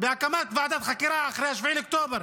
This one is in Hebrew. בהקמת ועדת חקירה אחרי 7 באוקטובר,